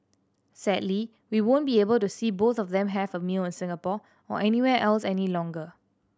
sadly we won't be able to see both of them have a meal in Singapore or anywhere else any longer